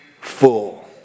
full